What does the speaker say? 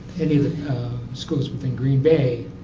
and the the schools within green bay?